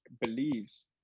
believes